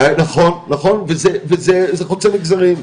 נכון, נכון וזה חוצה מגזרים,